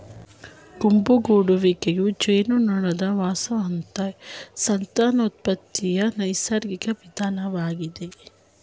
ಗುಂಪು ಗೂಡುವಿಕೆಯು ಜೇನುನೊಣದ ವಸಾಹತುಗಳ ಸಂತಾನೋತ್ಪತ್ತಿಯ ನೈಸರ್ಗಿಕ ವಿಧಾನವಾಗಯ್ತೆ